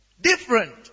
Different